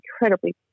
incredibly